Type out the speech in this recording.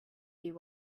you